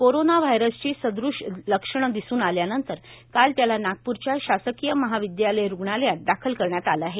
corona व्हायरसची सदृश्य लक्षणे दिसून आल्यानंतर काल त्याला नागपूरच्या शासकीय महाविद्यालय रूणालयात दाखल करण्यात आले आहे